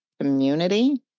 community